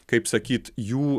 kaip sakyt jų